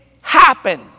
happen